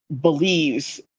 believes